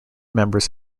members